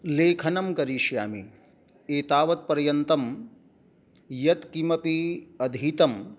लेखनं करिष्यामि एतावत्पर्यन्तं यत्किमपि अधीतं